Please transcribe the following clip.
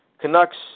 Canucks